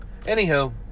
anywho